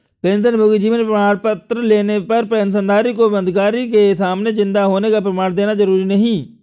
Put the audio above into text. पेंशनभोगी जीवन प्रमाण पत्र लेने पर पेंशनधारी को अधिकारी के सामने जिन्दा होने का प्रमाण देना जरुरी नहीं